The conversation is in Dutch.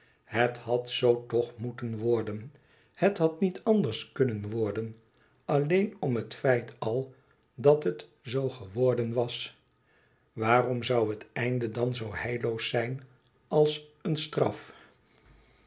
het had zoo toch moeten worden het had niet anders kunnen worden alleen om het feit al dàt het zoo geworden was waarom zoû het einde dan zoo heilloos zijn als een straf